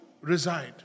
reside